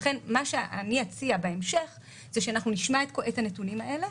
לכן אציע בהמשך שאנחנו נשמע את הנתונים הללו.